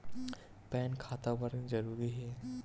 Pan खाता बर जरूरी हे?